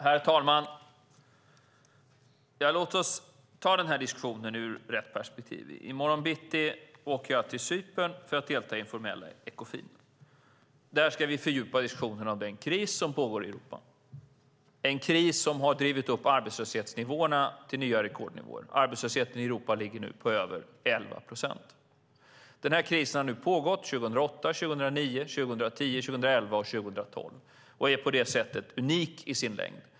Herr talman! Låt oss ta den här diskussionen ur rätt perspektiv. I morgon bitti åker jag till Cypern för att delta i informella Ekofin. Där ska vi fördjupa diskussionen om den kris som pågår i Europa. Det är en kris som har drivit upp arbetslöshetsnivåerna till nya rekordnivåer. Arbetslösheten i Europa ligger nu på över 11 procent. Den här krisen har pågått 2008, 2009, 2010, 2011 och 2012 och är på det sättet unik i sin längd.